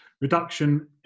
Reduction